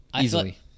easily